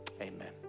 amen